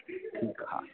ठीकु आहे हा